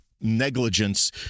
negligence